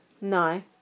No